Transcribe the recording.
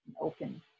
open